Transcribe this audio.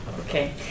Okay